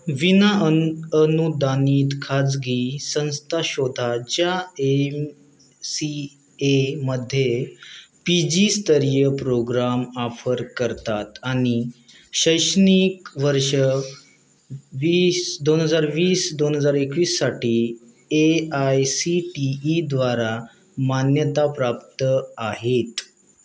विना अन अनुदानित खाजगी संस्था शोधा ज्या एम सी एमध्ये पी जीस्तरीय प्रोग्राम ऑफर करतात आणि शैक्षणिक वर्ष वीस दोन हजार वीस दोन हजार एकवीससाठी ए आय सी टी ईद्वारा मान्यताप्राप्त आहेत